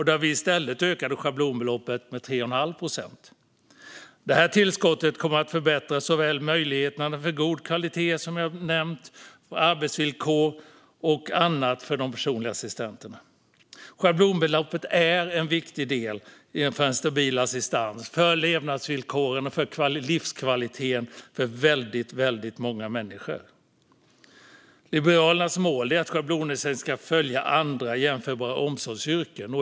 Där ökade vi schablonbeloppet med 3,5 procent i stället. Detta tillskott kommer att förbättra både möjligheterna för god kvalitet på arbetsvillkor och annat för de personliga assistenterna. Schablonbeloppet är en viktig del i en stabil assistans före levnadsvillkoren och för livskvaliteten för väldigt många människor. Liberalernas mål är att schablonersättningen ska följa andra jämförbara omsorgsyrken.